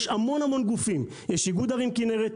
יש המון-המון גופים יש איגוד ערים כנרת,